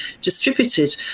distributed